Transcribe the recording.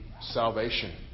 salvation